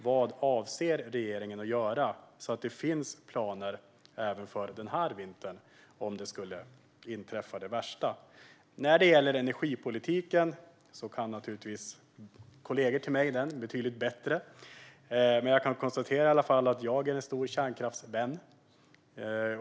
Vad avser regeringen att göra så att det finns planer även för denna vinter om det värsta skulle inträffa? När det gäller energipolitiken kan naturligtvis kollegor till mig detta betydligt bättre. Men jag kan i alla fall konstatera att jag är en stor kärnkraftsvän.